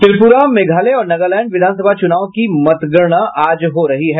त्रिपुरा मेघालय और नगालैंड विधानसभा चुनाव की मतगणना आज हो रही है